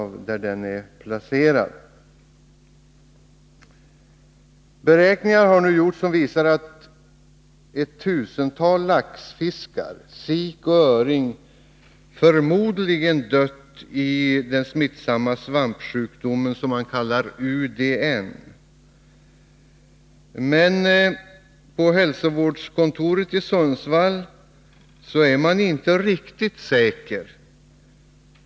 Gjorda beräkningar visar att ett tusental laxfiskar, sik och öring förmodligen har dött i den smittsamma svampsjukdomen UDN. Men på hälsovårdskontoret i Sundsvall är man inte riktigt säker.